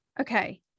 okay